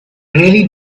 really